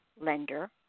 Lender